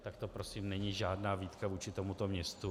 Tak to prosím není žádná výtka vůči tomuto městu.